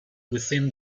within